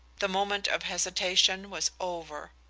the moment of hesitation was over,